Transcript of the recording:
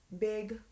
Big